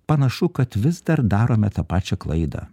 panašu kad vis dar darome tą pačią klaidą